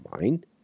mind